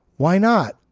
why not?